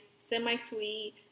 Semi-sweet